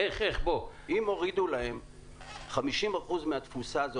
אם יש כבר תקציב, בואו נתקדם.